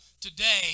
today